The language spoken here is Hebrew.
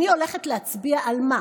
אני הולכת להצביע, על מה?